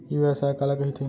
ई व्यवसाय काला कहिथे?